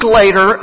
later